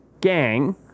gang